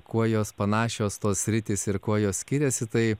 kuo jos panašios tos sritys ir kuo jos skiriasi tai